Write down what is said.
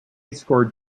scored